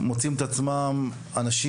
אנשים,